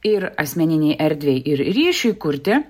ir asmeninei erdvei ir ryšiui kurti